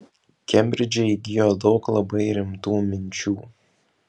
kembridže įgijo daug labai rimtų minčių